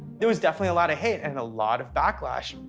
there was definitely a lot of hate and a lot of backlash.